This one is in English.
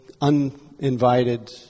uninvited